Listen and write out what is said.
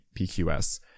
PQS